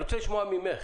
אני רוצה לשמוע ממך